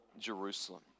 Jerusalem